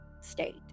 state